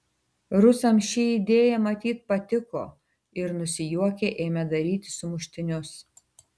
rusams ši idėja matyt patiko ir nusijuokę ėmė daryti sumuštinius